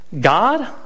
God